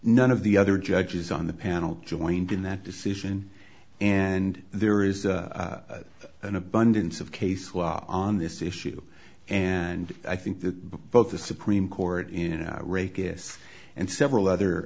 none of the other judges on the panel joined in that decision and there is an abundance of case law on this issue and i think that both the supreme court in rake in this and several other